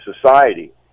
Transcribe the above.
society